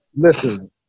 Listen